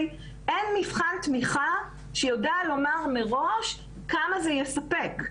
אין מבחן תמיכה שיודע לומר מראש כמה זה יספק.